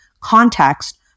context